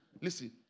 Listen